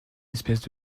espèces